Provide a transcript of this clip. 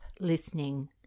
listening